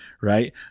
Right